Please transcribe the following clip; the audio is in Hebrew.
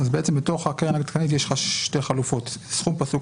בתוך הקרן העדכנית יש לך שתי חלופות: סכום פסוק,